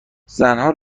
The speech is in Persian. زنها